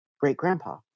great-grandpa